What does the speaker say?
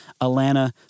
Alana